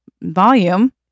volume